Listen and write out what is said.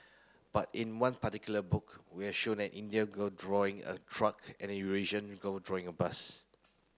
but in one particular book we have show an Indian girl drawing a truck and a Eurasian girl drawing a bus